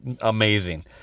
amazing